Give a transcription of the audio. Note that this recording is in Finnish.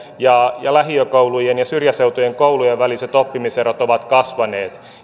ja ja lähiökoulujen ja syrjäseutujen koulujen väliset oppimiserot ovat kasvaneet